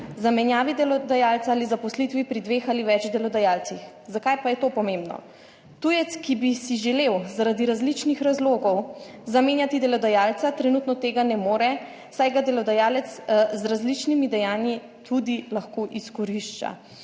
zamenjavi delodajalca ali zaposlitvi pri dveh ali več delodajalcih. Zakaj pa je to pomembno? Tujec, ki bi si želel zaradi različnih razlogov zamenjati delodajalca, trenutno tega ne more, saj ga delodajalec z različnimi dejanji tudi lahko izkorišča.